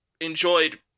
enjoyed